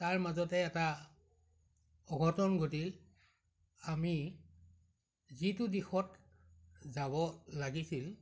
তাৰ মাজতে এটা অঘটন ঘটিল আমি যিটো দিশত যাব লাগিছিল